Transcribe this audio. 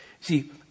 see